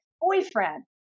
boyfriend